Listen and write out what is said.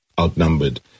outnumbered